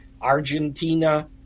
Argentina